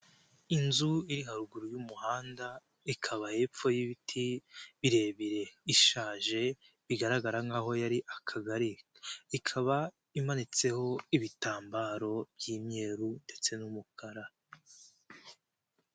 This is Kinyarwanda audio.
Inzu iri haruguru y'umuhanda, ikaba hepfo y'ibiti birebire, ishaje bigaragara nk'aho yari akagari, ikaba imanitseho ibitambaro by'imyeru ndetse n'umukara.